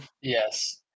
yes